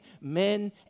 men